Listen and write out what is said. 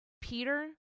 Peter